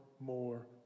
more